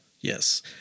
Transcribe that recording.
Yes